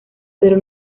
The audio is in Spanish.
pero